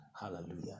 Hallelujah